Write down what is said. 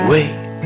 Wait